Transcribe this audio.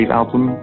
album